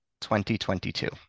2022